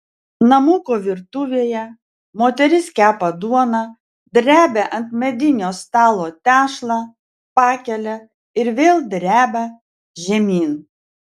namuko virtuvėje moteris kepa duoną drebia ant medinio stalo tešlą pakelia ir vėl drebia žemyn